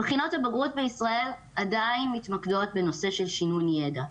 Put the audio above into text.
בחינות הבגרות בישראל עדיין מתמקדות בנושא של שינון ידע.